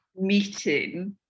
meeting